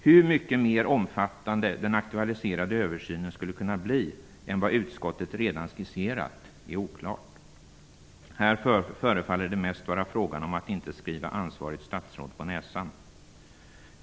Hur mycket mera omfattande den aktualiserade översynen skulle kunna bli än vad utskottet redan har skisserat är oklart. Här förefaller det mest vara fråga om att inte skriva ansvarigt statsråd på näsan.